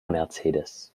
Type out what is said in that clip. mercedes